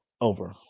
Over